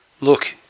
Look